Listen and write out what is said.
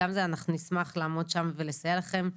אנחנו נשמח לעמוד שם ולסייע לכם.